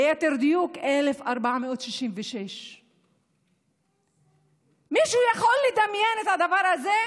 ליתר דיוק, 1,466. מישהו יכול לדמיין את הדבר הזה?